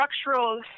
structural